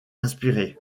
inspirée